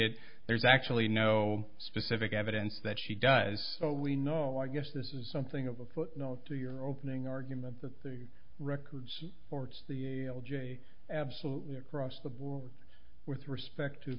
it there's actually no specific evidence that she does but we know i guess this is something of a footnote to your opening argument that the records orts the elegy absolutely across the board with respect to